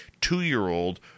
two-year-old